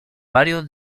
varios